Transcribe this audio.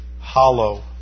hollow